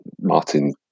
Martin